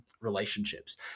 relationships